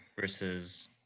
versus